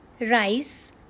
Rice